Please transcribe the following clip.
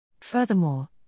Furthermore